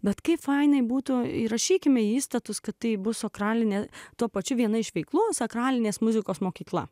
bet kai fainai būtų įrašykime įstatus kad tai bus sakralinė tuo pačiu viena iš veiklų sakralinės muzikos mokykla